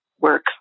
work